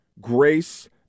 grace